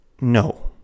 No